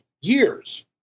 years